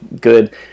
good